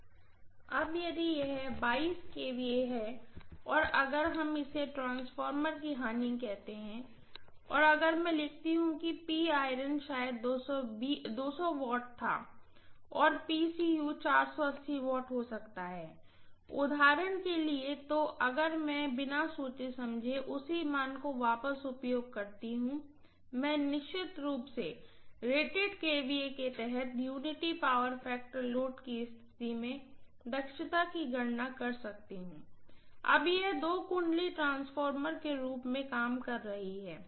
अब यदि यह kVA है और अगर हम इसे ट्रांसफार्मर की लॉस कहते हैं तो अगर मैं लिखती हूँ कि शायद W था और W हो सकता है उदाहरण के लिए तो अगर में बना सोचे समझे उसी मान को वापस उपयोग करती हूँ मैं निश्चित रूप से रेटेड kVA के तहत यूनिटी पावर फैक्टर लोड की स्थिति में दक्षता की गणना कर सकती हूँ तब यह दो वाइंडिंग ट्रांसफार्मर के रूप में काम कर रही है